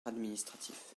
administratif